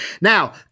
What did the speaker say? Now